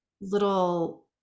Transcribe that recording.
little